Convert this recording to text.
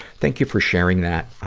thank you for sharing that.